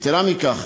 יתרה מכך,